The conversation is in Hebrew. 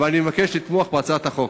ואני מבקש לתמוך בהצעת החוק.